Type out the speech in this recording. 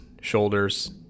shoulders